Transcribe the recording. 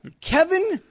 Kevin